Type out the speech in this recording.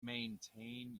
maintain